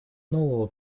нового